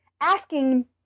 asking